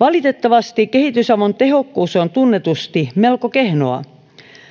valitettavasti kehitysavun tehokkuus on tunnetusti melko kehnoa